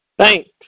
Thanks